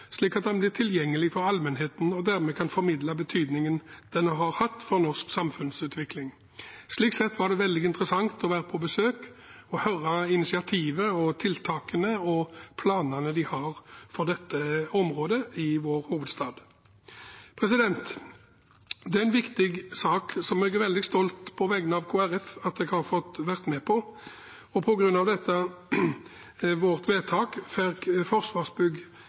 slik at den blir tilgjengelig for allmennheten og dermed kan formidle betydningen den har hatt for norsk samfunnsutvikling. Slik sett var det veldig interessant å være på besøk og høre initiativet, tiltakene og planene de har for dette området i vår hovedstad. Det er en viktig sak, som jeg, på vegne av Kristelig Folkeparti, er veldig stolt av å ha fått være med på. På grunn av vårt vedtak